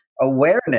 awareness